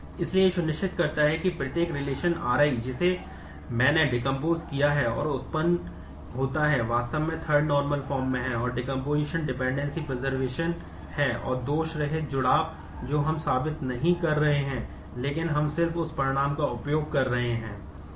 इसलिए यह सुनिश्चित करता है कि प्रत्येक रिलेशन है जो हम साबित नहीं कर रहे हैं लेकिन हम सिर्फ उस परिणाम का उपयोग कर रहे हैं